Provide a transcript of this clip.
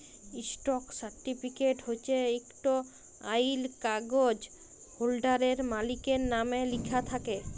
stock certificate হছে ইকট আইল কাগ্যইজ হোল্ডারের, মালিকের লামে লিখ্যা থ্যাকে